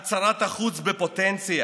את שרת החוץ בפוטנציה,